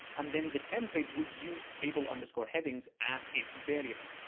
and then the template would use table underscore headings as it's variable.